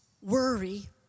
Worry